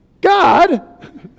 God